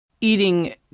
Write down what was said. eating